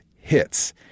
hits—